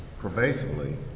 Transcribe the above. pervasively